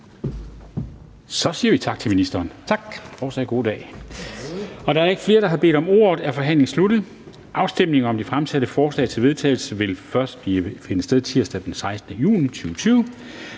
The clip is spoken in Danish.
Så siger vi tak til ministeren. Fortsat god dag. Da der ikke er flere, der har bedt om ordet, er forhandlingen sluttet. Afstemningen om de fremsatte forslag til vedtagelse vil først finde sted tirsdag den 16. juni 2020.